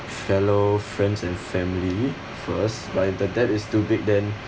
fellow friends and family first but if the debt is too big then